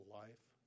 life